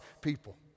people